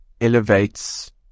elevates